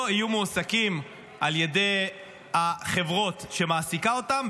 יהיו מועסקים על ידי החברות שמעסיקות אותן,